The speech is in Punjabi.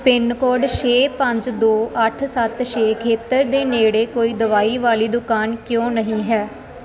ਪਿੰਨ ਕੋਡ ਛੇ ਪੰਜ ਦੋ ਅੱਠ ਸੱਤ ਛੇ ਖੇਤਰ ਦੇ ਨੇੜੇ ਕੋਈ ਦਵਾਈ ਵਾਲੀ ਦੁਕਾਨ ਕਿਉਂ ਨਹੀਂ ਹੈ